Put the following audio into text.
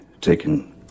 taken